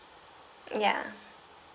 ya